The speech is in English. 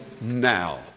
now